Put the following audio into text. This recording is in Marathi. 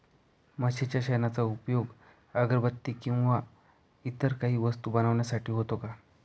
म्हशीच्या शेणाचा उपयोग अगरबत्ती किंवा इतर काही वस्तू बनविण्यासाठी होतो का?